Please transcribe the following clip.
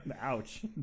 Ouch